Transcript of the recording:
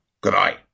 Goodbye